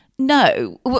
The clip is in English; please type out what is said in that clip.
No